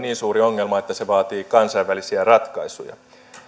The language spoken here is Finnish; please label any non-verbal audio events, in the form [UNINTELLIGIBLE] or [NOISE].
[UNINTELLIGIBLE] niin suuri ongelma että se vaatii kansainvälisiä ratkaisuja